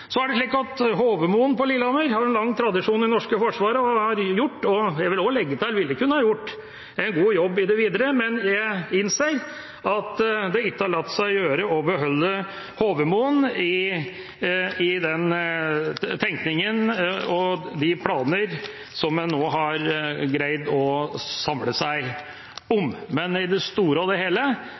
på Lillehammer har lang tradisjon i det norske forsvaret og har gjort og, vil jeg også legge til, ville kunne ha gjort en god jobb videre, men jeg innser at det ikke har latt seg gjøre å beholde Hovemoen i den tenkningen og de planer som en nå har greid å samle seg om. Men i det store og hele